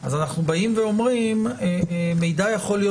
אז אנחנו באים ואומרים: מידע יכול להיות